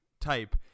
type